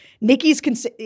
Nikki's